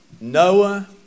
Noah